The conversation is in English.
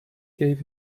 gave